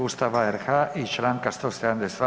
Ustava RH i čl. 172.